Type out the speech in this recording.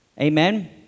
Amen